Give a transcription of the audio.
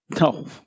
No